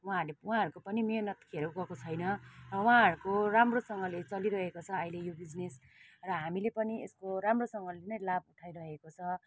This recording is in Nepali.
उहाँहरूले उहाँहरूको पनि मेहनत खेर गएको छैन र उहाँहरूको राम्रोसँगले चलिरहेको छ अहिले यो बिजिनेस र हामीले पनि यसको राम्रोसँगले नै लाभ उठाइरहेको छ र